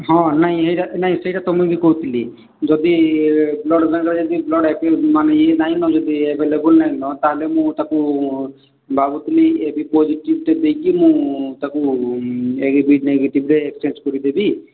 ହଁ ନାଇଁ ଏଇଟା ନାଇଁ ସେଇଟା ତୁମେ ବି କହୁଥିଲି ଯଦି ବ୍ଲଡ଼୍ ବ୍ଲଡ଼୍ ମାନେ ଇଏ ନାହିଁ ନ ଯଦି ଆଭେଲେବଲ୍ ନାଇଁନ ତା'ହେଲେ ମୁଁ ତାକୁ ଭାବୁଥିଲି ଏ ବି ପଜେଟିଭ୍ଟେ ଦେଇକି ମୁଁ ତାକୁ ନେଗେଟିଭ୍ରେ ଚେଞ୍ଜ କରିଦେବି